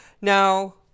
Now